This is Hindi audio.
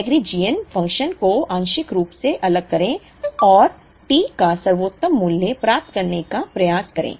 लैग्रेंजियन फ़ंक्शन को आंशिक रूप से अलग करें और T का सर्वोत्तम मूल्य प्राप्त करने का प्रयास करें